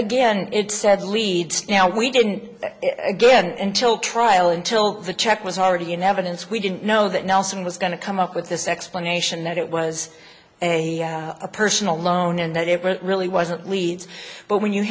again it said leads now we didn't again until trial until the check was already in evidence we didn't know that nelson was going to come up with this explanation that it was a personal loan and that it really wasn't leads but when you